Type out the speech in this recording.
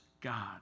God